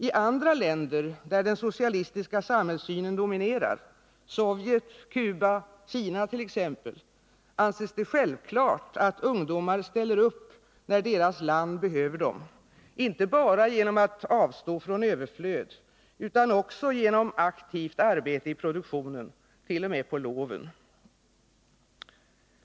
I andra länder där den socialistiska samhällssynen dominerar — Sovjet, Kuba, Kina t.ex. — anses det självklart att ungdomar ställer upp när deras land behöver dem, inte bara genom att avstå från överflöd utan även genom aktivt arbete i produktionen — t.o.m. på loven.